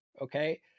Okay